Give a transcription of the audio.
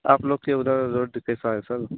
आप लोग के उधर रोड कैसी है सर